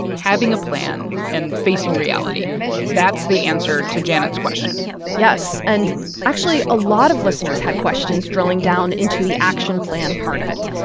and having a plan and facing reality that's the answer to janet's question yes. and actually, a lot of listeners had questions drilling down into the action plan part of it.